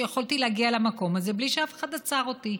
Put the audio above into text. שיכולתי להגיע למקום הזה בלי שאף אחד עצר אותי,